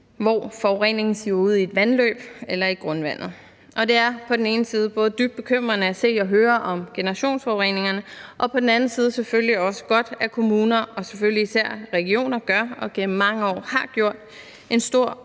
hvor forureningen siver ud i et vandløb eller i grundvandet. Det er på den ene side dybt bekymrende at se og høre om generationsforureningerne, og på den anden side er det selvfølgelig også godt, at kommuner og selvfølgelig især regioner gør og igennem mange år har gjort en stor